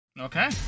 okay